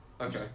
Okay